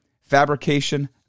Fabrication